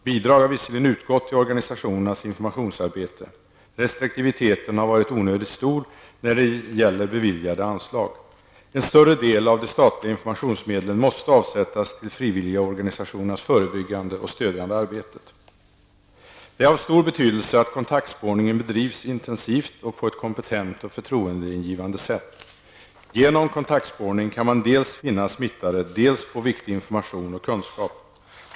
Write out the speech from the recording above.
Bidrag har visserligen utgått till organisationernas informationsarbete, men restriktiviteten har varit onödig stor när det gäller beviljade anslag. En större del av de statliga informationsmedlen måste avsättas till frivilligorganisationerna förebyggande och stödjande arbete. Det är av stor betydelse att kontaktspårningen bedrivs intensivt och på ett kompetent och förtroendeingivande sätt. Genom kontaktspårning kan man dels finna smittade, dels få viktig information och kunskap.